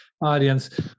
audience